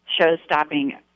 show-stopping